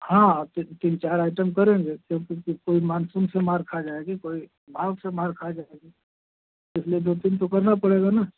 हाँ हाँ तीन तीन चार आइटम करेंगे क्योंकि कि कोई मानसून से मार खा जाएगी कोई भाव से मार खा जाएगी इसलिए दो तीन ठू करना पड़ेगा ना